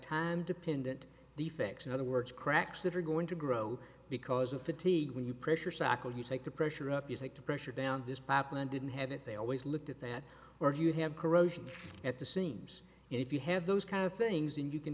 time to pin that defects in other words cracks that are going to grow because of fatigue when you pressure cycle you take the pressure up you take the pressure down this pipeline didn't have it they always looked at that or do you have corrosion at the seams if you have those kind of things and you can